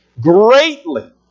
greatly